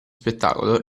spettacolo